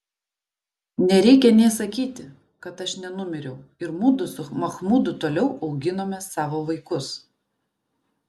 nereikia nė sakyti kad aš nenumiriau ir mudu su machmudu toliau auginome savo vaikus